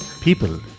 People